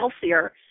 healthier